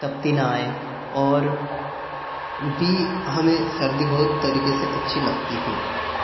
तपती न आए और भी सर्दी हमें अच्छी लगती हैं